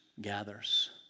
gathers